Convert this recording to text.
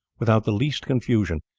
without the least confusion,